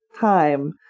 time